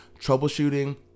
troubleshooting